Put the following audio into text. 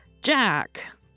Jack